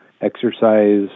exercise